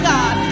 God